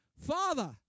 father